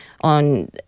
on